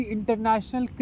International